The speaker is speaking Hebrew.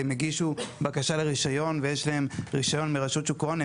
הם הגישו בקשה לרישיון ויש להם רישיון מרשות שוק ההון,